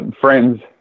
friends